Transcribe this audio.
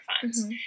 funds